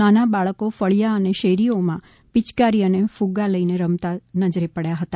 નાના બાળકો ફળિયા અને શેરીઓમાં પિયકારી અને ફુગ્ગા લઇ રમતા નજરે પડ્યા હતા